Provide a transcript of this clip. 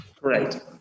Right